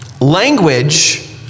language